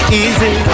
easy